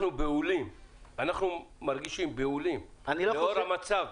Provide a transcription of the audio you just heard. אנחנו מרגישים בהולים לאור המצב.